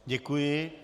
Děkuji.